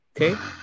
Okay